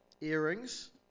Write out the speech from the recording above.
earrings